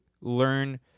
learn